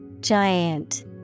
giant